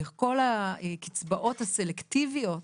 וכל הקצבאות הסלקטיביות